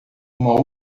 uma